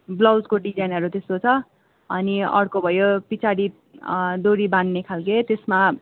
ब्लाउजको डिजाइनहरू त्यस्तो छ अनि अर्को भयो पछाडि डोरी बाँध्ने खालके त्यसमा